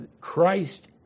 Christ